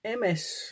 ms